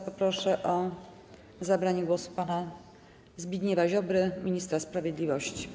Proszę o zabranie głosu pana Zbigniewa Ziobrę, ministra sprawiedliwości.